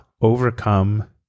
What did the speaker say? overcome